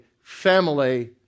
family